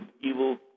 evil